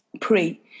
pray